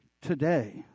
today